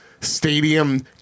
stadium